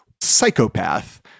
psychopath